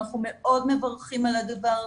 אנחנו מאוד מברכים על הדבר הזה.